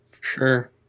Sure